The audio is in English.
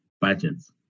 budgets